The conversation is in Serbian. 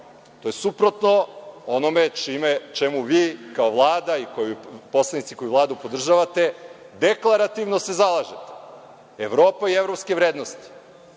To je suprotno onome čemu se vi kao Vlada, kao poslanici koji Vladu podržavate deklarativno se zalažete, Evropa i evropske vrednosti. Tamo